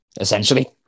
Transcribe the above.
essentially